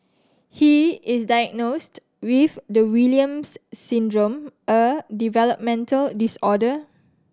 he is diagnosed with the Williams Syndrome a developmental disorder